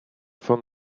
von